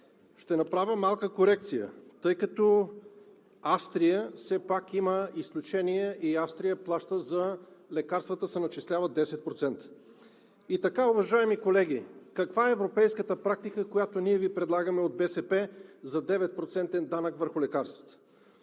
Ще направя малка корекция, тъй като Австрия все пак има изключение, и в Австрия за лекарствата се начисляват 10%. И така, уважаеми колеги, каква е европейската практика, която ние от БСП Ви предлагаме, за 9% данък върху лекарствата?